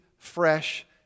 fresh